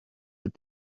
with